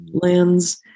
lands